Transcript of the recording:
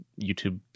YouTube